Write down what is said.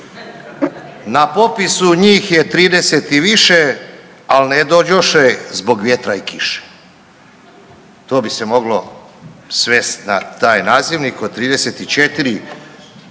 Na popisu njih je 30 i više, al ne dođoše zbog vjetra i kiše. To bi se moglo svest na taj nazivnik od 34